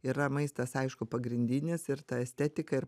yra maistas aišku pagrindinis ir ta estetika ir